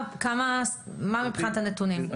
מה מבחינת הנתונים?